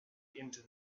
into